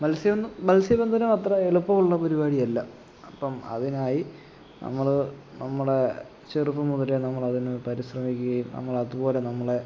മൽസ്യ മൽസ്യബന്ധനം അത്ര എളുപ്പമുള്ള പരിപാടിയല്ല അപ്പം അതിനായി നമ്മള് നമ്മുടെ ചെറുതുമുതലെ നമ്മളതിന് പരിശ്രമിക്കുകയും നമ്മളതുപോലെ നമ്മളെ